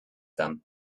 them